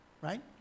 right